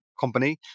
Company